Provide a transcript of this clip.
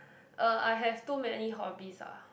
uh I have too many hobbies ah